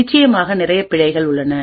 நிச்சயமாக நிறைய பிழைகள் உள்ளன